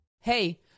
Hey